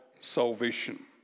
salvation